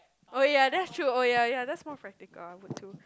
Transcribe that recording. oh ya that's true oh ya ya that's more practical I would too